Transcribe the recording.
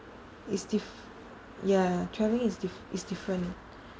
it's dif~ ya travelling is dif~ is different